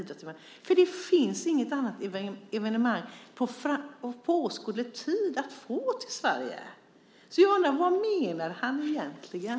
Det finns nämligen inget annat evenemang att få till Sverige inom överskådlig tid, så jag undrar: Vad menade han egentligen?